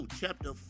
chapter